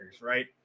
right